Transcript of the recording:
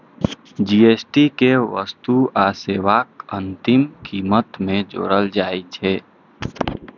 GST कें वस्तु आ सेवाक अंतिम कीमत मे जोड़ल जाइ छै